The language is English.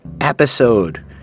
episode